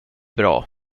bra